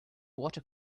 water